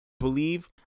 believe